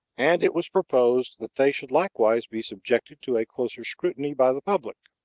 and it was proposed that they should likewise be subjected to a closer scrutiny by the public.